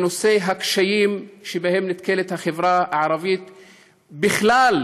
זה נושא הקשיים שבהם נתקלת החברה הערבית בכלל,